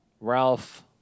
ralph